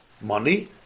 money